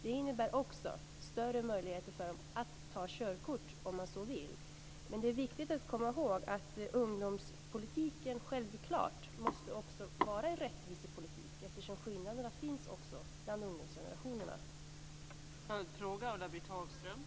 Det innebär också större möjligheter för unga att ta körkort om man så vill. Men det är viktigt att komma ihåg att ungdomspolitiken självklart också måste vara en rättvisepolitik eftersom skillnaderna också finns bland ungdomsgenerationerna.